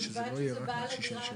ובלבד שזה בעל הדירה עצמו.